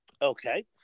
Okay